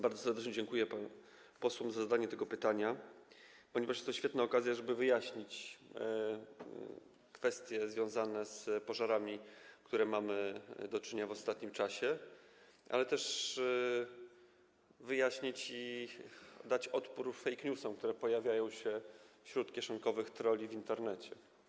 Bardzo serdecznie dziękuję posłom za zadanie tego pytania, ponieważ jest to świetna okazja, żeby wyjaśnić kwestie związane z pożarami, z którymi mamy do czynienia w ostatnim czasie, ale też dać odpór fake newsom, które pojawiają się wśród kieszonkowych trolli w Internecie.